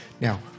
now